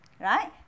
Right